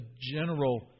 general